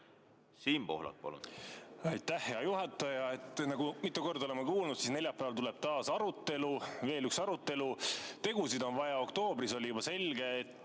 Siim Pohlak, palun! Aitäh, hea juhataja! Nagu ma mitu korda olen kuulnud, tuleb neljapäeval taas arutelu, veel üks arutelu. Tegusid on vaja! Oktoobris oli juba selge, et